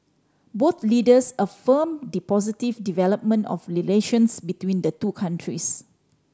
both leaders affirm the positive development of relations between the two countries